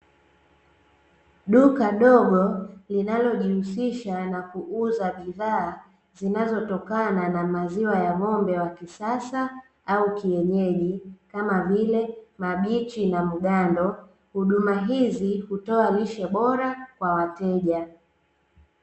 Duka dogo linalojihusisha na kuuza bidhaa zinazotokana na maziwa ya ng'ombe wa kisasa au kienyeji kama vile: mabichi na mgando huduma hizi hutoa lishe bora kwa wateja.